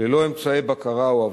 ללא אמצעי בקרה או אבטחה.